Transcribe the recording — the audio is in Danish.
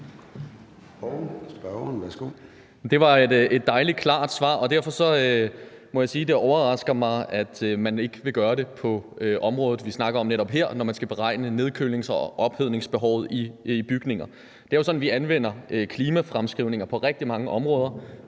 Det var et dejlig klart svar, og derfor må jeg sige, at det overrasker mig, at man ikke vil gøre det på det område, vi snakker om netop her, når man skal beregne nedkølings- og ophedningsbehovet i bygninger. Det er jo sådan, at vi anvender klimafremskrivninger på rigtig mange områder.